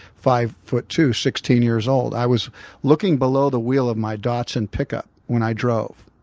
five foot two, sixteen years old. i was looking below the wheel of my datsun pickup when i drove.